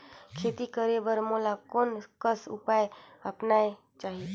खेती करे बर मोला कोन कस उपाय अपनाये चाही?